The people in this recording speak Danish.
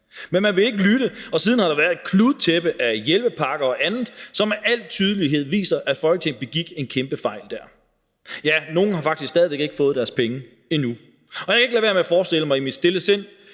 men man ville ikke lytte, og siden har der været et kludetæppe af hjælpepakker og andet, som med al tydelighed viser, at Folketinget begik en kæmpe fejl der. Ja, nogle har faktisk stadig væk ikke fået deres penge endnu. Jeg kan i mit stille sind ikke lade være med at forestille mig, hvorledes